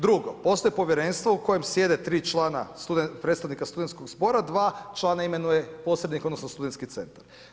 Drugo, postoji povjerenstvo u kojem sjede 3 člana predstavnika studentskog zbora, dva člana imenuje posrednik, odnosno studentski centar.